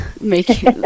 make